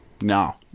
No